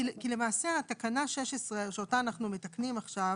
כי למעשה התקנה 16 שאותה אנחנו מתקנים עכשיו,